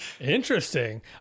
interesting